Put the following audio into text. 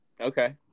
Okay